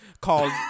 called